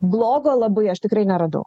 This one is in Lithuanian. blogo labai aš tikrai neradau